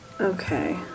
Okay